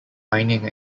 mining